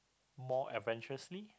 more adventurously